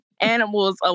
animals